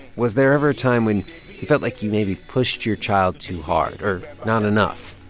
was there ever a time when you felt like you maybe pushed your child too hard or not enough?